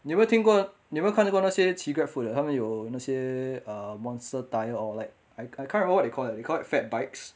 你有没有听过你有没有看过那些骑 grab food 的他们有那些 um monster tyre or like I I can't remember what they call that they call that fat bikes